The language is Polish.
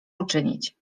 uczynić